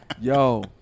Yo